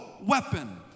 weapon